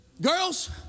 Girls